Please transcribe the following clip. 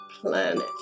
planet